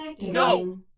No